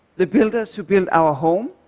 the builders who build our home,